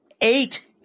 eight